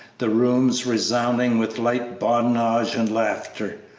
the rooms resounding with light badinage and laughter,